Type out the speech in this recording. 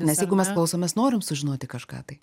nes jeigu mes klausom mes norim sužinoti kažką tai